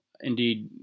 Indeed